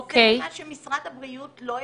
וזה מה שמשרד הבריאות לא הפנים,